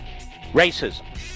racism